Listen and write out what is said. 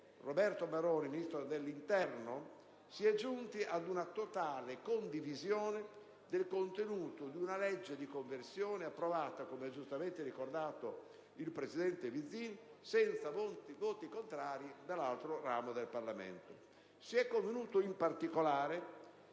Roberto Maroni, si è giunti ad una totale condivisione del contenuto di una legge di conversione, approvata - come ha giustamente ricordato il presidente Vizzini - senza voti contrari dall'altro ramo del Parlamento. Si è convenuto in particolare,